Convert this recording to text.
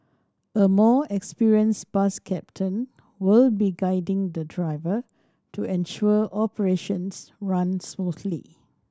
a more experienced bus captain will be guiding the driver to ensure operations run smoothly